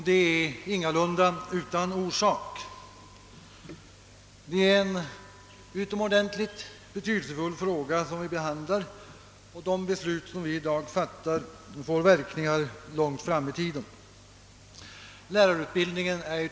Det saknas ingalunda orsak härtill — frågan om lärarutbildningen är utomordentligt betydelsefull, och de beslut som vi i dag fattar får verkningar långt fram i tiden.